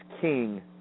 king